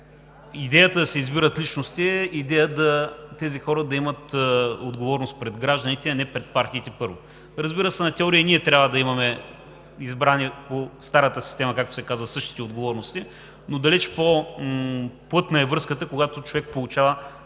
Идеята да се избират личности е идея тези хора да имат отговорност пред гражданите, а не пред партиите – първо. Разбира се, на теория и ние трябва да имаме избрани по старата система, както се казва, същите отговорности, но далеч по-плътна е връзката, когато човек получава